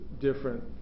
different